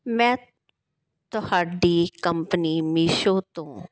ਮੈਂ ਤੁਹਾਡੀ ਕੰਪਨੀ ਮੀਸ਼ੋ ਤੋਂ